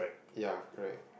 yeah correct